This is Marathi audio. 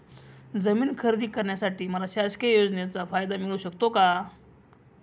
जमीन खरेदी करण्यासाठी मला शासकीय योजनेचा फायदा मिळू शकतो का?